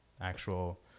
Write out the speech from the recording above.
actual